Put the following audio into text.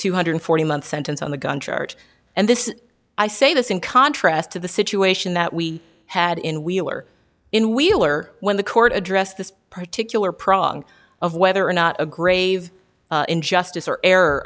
two hundred forty month sentence on the gun charge and this is i say this in contrast to the situation that we had in wheeler in wheeler when the court addressed this particular prong of whether or not a grave injustice or error